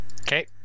Okay